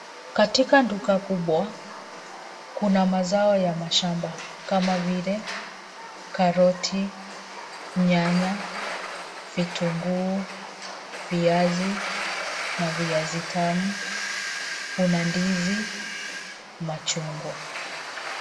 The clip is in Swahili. Katika duka kubwa kuna mazao ya mashamba kama vile karoti, nyanya, vitunguu, viazi na viazi tamu. Kuna ndizi, machungwa.